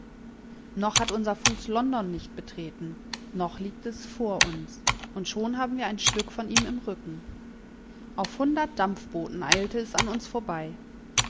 noch hat unser fuß london nicht betreten noch liegt es vor uns und schon haben wir ein stück von ihm im rücken auf hundert dampfbooten eilte es an uns vorbei